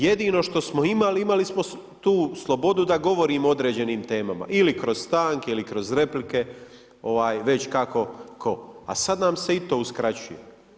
Jedino što smo imali, imali smo tu slobodu da govorimo o određenim temama ili kroz stanke, ili kroz replike već kako tko a sada nam se i to uskraćuje.